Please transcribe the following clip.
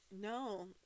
No